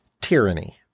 tyranny